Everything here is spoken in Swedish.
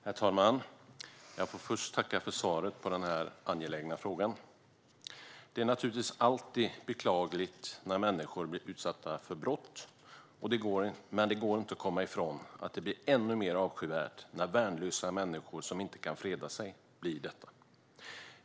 Herr talman! Jag får först tacka för svaret på denna angelägna fråga. Det är naturligtvis alltid beklagligt när människor blir utsatta för brott, men det går inte att komma ifrån att det blir ännu mer avskyvärt när värnlösa människor, som inte kan freda sig, blir utsatta.